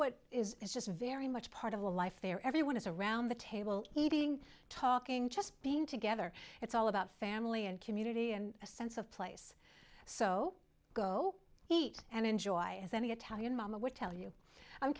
what is just very much part of the life there everyone is around the table eating talking just being together it's all about family and community and a sense of place so go eat and enjoy as any attacking mama would tell you i'm